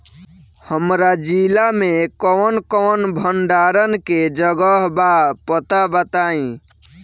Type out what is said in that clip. हमरा जिला मे कवन कवन भंडारन के जगहबा पता बताईं?